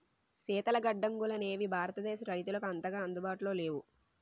శీతల గడ్డంగులనేవి భారతదేశ రైతులకు అంతగా అందుబాటులో లేవు